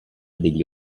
degli